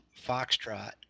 Foxtrot